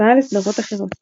השוואה לסדרות אחרות